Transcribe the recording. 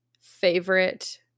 favorite